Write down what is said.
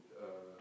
uh